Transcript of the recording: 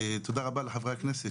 תודה רבה לחברי הכנסת,